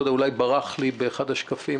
לא יודע אולי ברח לי באחד השקפים,